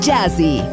Jazzy